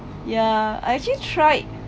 ya I actually tried